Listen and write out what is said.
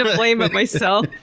ah blame but myself.